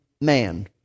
man